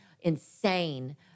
insane